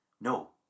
No